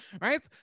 right